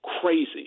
crazy